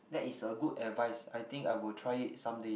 that is a good advice I think I will try it someday